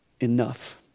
enough